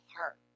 heart